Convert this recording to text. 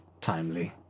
timely